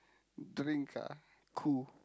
drink uh Qoo